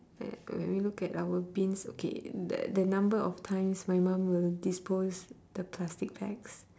when we look at our bins okay th~ the number of times my mum will dispose the plastic bags